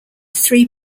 three